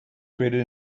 created